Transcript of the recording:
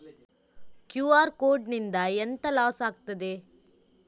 QR code ನಿಂದ ಎಂತ loss ಆಗ್ತದೆ?